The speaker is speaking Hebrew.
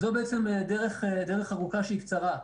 זו בעצם דרך ארוכה שהיא קצרה,